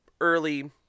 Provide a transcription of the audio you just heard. early